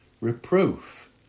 Reproof